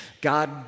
God